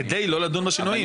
כדי לא לדון בשינויים